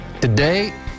Today